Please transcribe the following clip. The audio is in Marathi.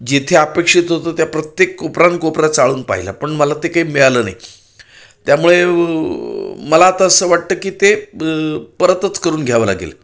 जिथे अपेक्षित होतं त्या प्रत्येक कोपरानकोपरा चाळून पाहिला पण मला ते काही मिळालं नाही त्यामुळे मला आता असं वाटतं की ते परतच करून घ्यावं लागेल